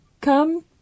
come